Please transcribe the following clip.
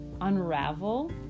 unravel